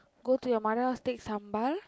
go to your mother house take sambal